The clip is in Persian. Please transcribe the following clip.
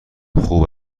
خوب